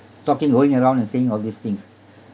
talking going around and saying all these things